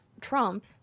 Trump